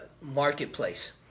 marketplace